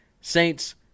Saints